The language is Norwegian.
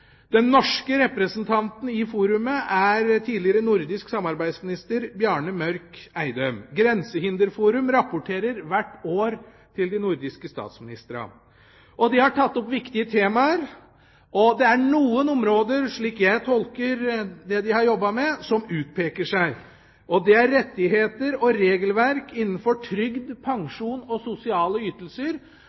Den norske representanten i forumet er tidligere nordisk samarbeidsminister Bjarne Mørk-Eidem. Grensehinderforum rapporterer hvert år til de nordiske statsministrene. De har tatt opp viktige temaer, og det er, slik jeg tolker det de har jobbet med, noen områder som utpeker seg. Det er rettigheter og regelverk innenfor trygd, pensjon og sosiale ytelser,